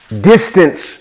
distance